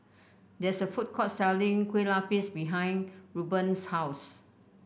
there is a food court selling Kue Lupis behind Reuben's house